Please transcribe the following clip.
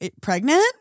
pregnant